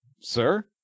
sir